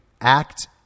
act